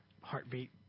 heartbeat